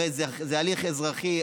הרי, זה הליך אזרחי?